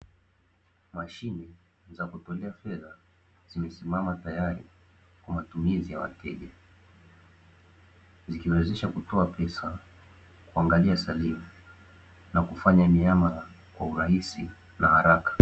Mashine za kutolea fedha zimesimama tayari kwa matumizi ya wateja, zikiwawezesha kutoa pesa, kuangalia salio na kufanya miamala kwa urahisi na haraka.